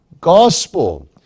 gospel